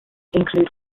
include